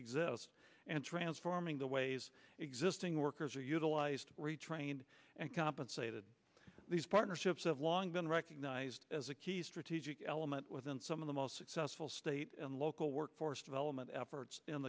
exist and transforming the ways existing workers are utilized retrained and compensated these partnerships have long been recognized as a key strategic element within some of the most successful state and local workforce development efforts in